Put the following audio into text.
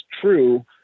true